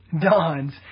dawns